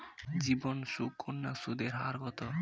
জীবন সুকন্যা সুদের হার কত?